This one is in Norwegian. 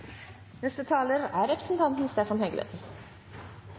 Neste taler er representanten